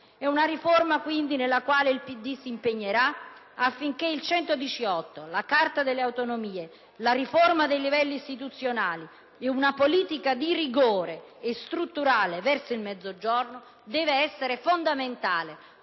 È una riforma nella quale il PD si impegnerà affinché l'articolo 118, la Carta delle autonomie, la riforma dei livelli istituzionali e una politica di rigore e strutturale verso il Mezzogiorno risultino fondamentali